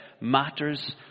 matters